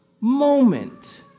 moment